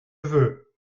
veux